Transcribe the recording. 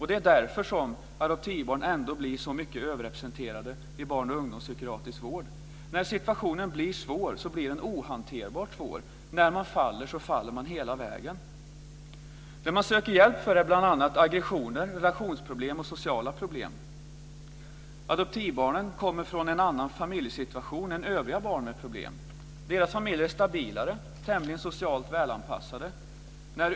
Det är därför som adoptivbarn ändå blir så mycket överrepresenterade i barn och ungdomspsykiatrisk vård. När situationen blir svår blir den ohanterligt svår. När man faller faller man hela vägen. Det man söker hjälp för är bl.a. aggressioner, relationsproblem och sociala problem. Adoptivbarnen kommer från en annan familjesituation än övriga barn med problem. Deras familjer är stabilare och tämligen socialt välanpassade.